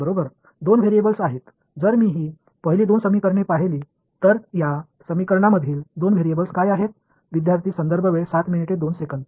இரண்டு மாறிகள் இந்த முதல் இரண்டு சமன்பாடுகளைப் பார்த்தால் இந்த சமன்பாடுகளில் உள்ள இரண்டு மாறிகள் என்ன